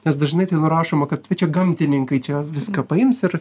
nes dažnai ten rašoma kad va čia gamtininkai čia viską paims ir